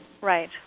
Right